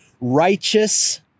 righteous